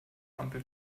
ampel